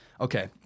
Okay